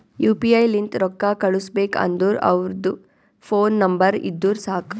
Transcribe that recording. you P I ಲಿಂತ್ ರೊಕ್ಕಾ ಕಳುಸ್ಬೇಕ್ ಅಂದುರ್ ಅವ್ರದ್ ಫೋನ್ ನಂಬರ್ ಇದ್ದುರ್ ಸಾಕ್